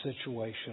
situation